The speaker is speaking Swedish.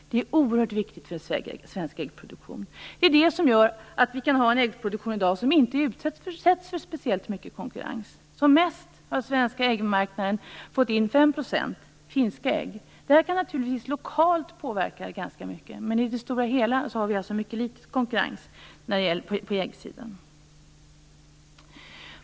Det är oerhört viktigt för svensk äggproduktion. Det gör att vår äggproduktion i dag inte utsätts för speciellt mycket konkurrens. Som mest har den svenska äggmarknaden fått in 5 % finska ägg. Det kan naturligtvis påverka ganska mycket lokalt. Men i det stora hela är alltså konkurrensen mycket liten på äggsidan.